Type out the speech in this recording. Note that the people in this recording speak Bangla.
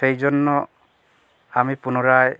সেই জন্য আমি পুনরায়